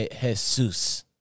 Jesus